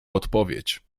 odpowiedź